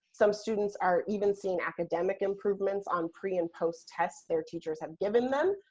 some students are even seeing academic improvements on pre and post tests their teachers have given them.